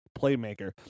playmaker